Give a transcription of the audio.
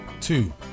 Two